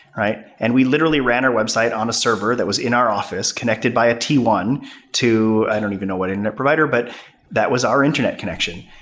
and we literally ran our website on a server that was in our office connected by a t one to i don't even know what internet provider, but that was our internet connection.